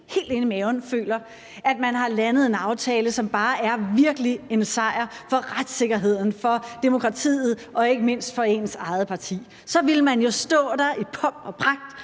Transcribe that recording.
helt inde i maven føler, at man har landet en aftale, som virkelig bare er en sejr for retssikkerheden, for demokratiet og ikke mindst for ens eget parti. For så ville man jo stå der i pomp og pragt